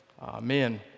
Amen